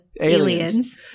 aliens